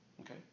Okay